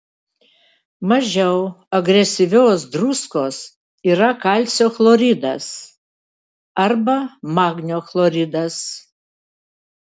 mažiau agresyvios druskos yra kalcio chloridas arba magnio chloridas